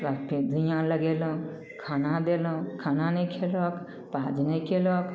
तुरत्ते धुइयाँ लगेलहुँ खाना देलहुँ खाना नहि खेलक पाउज नहि केलक